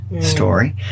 story